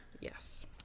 Yes